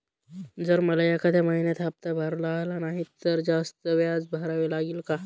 जर मला एखाद्या महिन्यात हफ्ता भरता आला नाही तर जास्त व्याज भरावे लागेल का?